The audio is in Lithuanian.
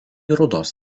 rudos